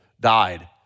died